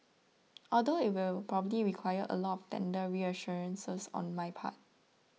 although it will probably require a lot tender reassurances on my part